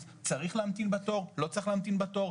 צריך להמתין בתור או לא צריך להמתין בתור,